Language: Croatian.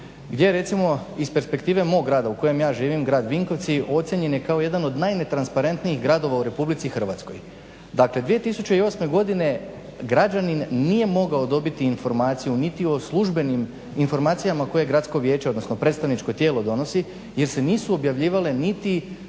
gdje je recimo iz perspektive mog grada u kojem ja živim, grad Vinkovci ocijenjen je kao jedan od najnetransparentnijih gradova u Republici Hrvatskoj. Dakle 2008. godine građanin nije mogao dobiti informaciju niti o službenim informacijama koje gradsko vijeće, odnosno predstavničko tijelo donosi jer se nisu objavljivale niti